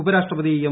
ഉപരാഷ്ട്രപതി എം